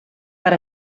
per